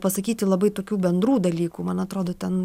pasakyti labai tokių bendrų dalykų man atrodo ten